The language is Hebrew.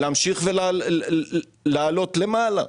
להמשיך ולעלות למעלה,